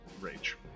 rage